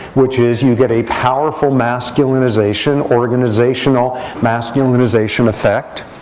which is you get a powerful masculinization organizational masculinization effect